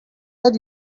are